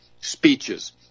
speeches